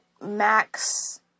max